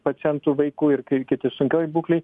pacientų vaikų ir kiti sunkioj būklėj